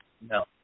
No